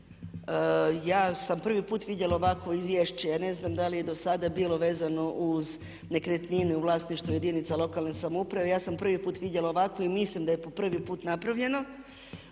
ja sam prvi puta vidjela ovakvo izvješće, ja ne znam da li je do sada bilo vezano uz nekretnine u vlasništvu jedinica lokalne samouprave. Ja sam prvi puta vidjela ovakvo i mislim da je po prvi put napravljeno.